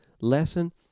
lesson